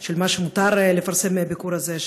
של מה שמותר לפרסם מהביקור הזה,